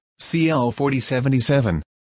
CL4077